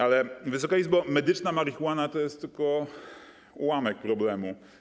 Ale, Wysoka Izbo, medyczna marihuana to jest tylko ułamek problemu.